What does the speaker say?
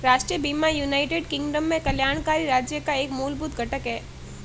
राष्ट्रीय बीमा United Kingdom में कल्याणकारी राज्य का एक मूलभूत घटक है